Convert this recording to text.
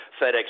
FedEx